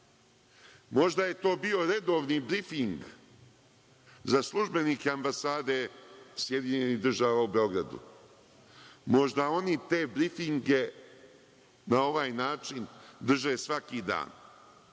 Možda je to bio redovni brifing za službenike Ambasade SAD u Beogradu. Možda oni te brifinge na ovaj način drže svaki dan,